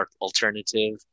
alternative